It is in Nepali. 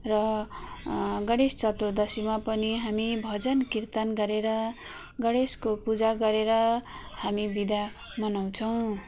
र गणेश चतुर्दसीमा पनि हामी भजन कीर्तन गरेर गणेशको पूजा गरेर हामी बिदा मनाउछौँ